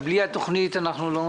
בלי התכנית אנחנו לא